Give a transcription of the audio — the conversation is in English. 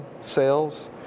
sales